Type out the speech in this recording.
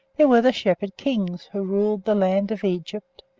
there were the shepherd kings, who ruled the land of egypt.